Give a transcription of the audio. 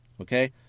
Okay